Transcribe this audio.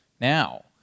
now